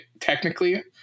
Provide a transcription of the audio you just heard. Technically